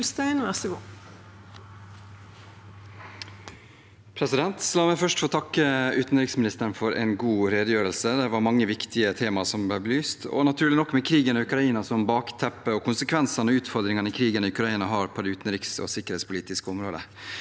La meg først få takke utenriksministeren for en god redegjørelse. Det var mange viktige temaer som ble belyst – naturlig nok med krigen i Ukraina som bakteppe og konsekvensene og utfordringene krigen i Ukraina har på det utenriksog sikkerhetspolitiske området.